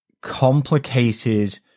complicated